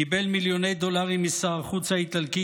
קיבל מיליוני דולרים משר החוץ האיטלקי